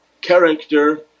character